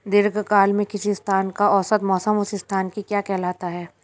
दीर्घकाल में किसी स्थान का औसत मौसम उस स्थान की क्या कहलाता है?